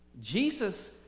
Jesus